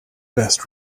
best